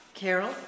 Carol